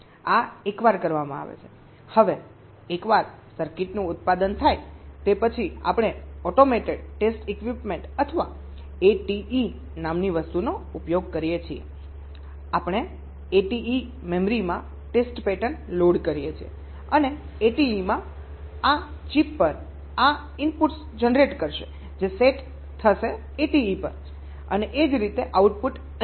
આ એકવાર કરવામાં આવે છે હવે એકવાર સર્કિટનું ઉત્પાદન થાય તે પછી આપણે ઓટોમેટેડ ટેસ્ટ ઇક્વિપમેન્ટ અથવા ATE નામની વસ્તુનો ઉપયોગ કરીએ છીએ અમે ATE મેમરીમાં ટેસ્ટ પેટર્ન લોડ કરીએ છીએ અને ATE આ ચિપ પર આ ઇનપુટ્સ જનરેટ કરશે જે સેટ થશે ATE પર અને એ જ રીતે આઉટપુટ અહીં આપવામાં આવશે